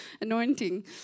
anointing